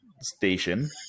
station